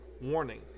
Warning